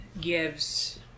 gives